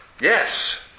Yes